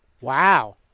Wow